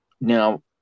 Now